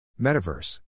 Metaverse